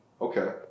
Okay